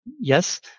Yes